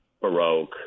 Baroque